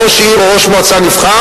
ראש עיר או ראש מועצה נבחר,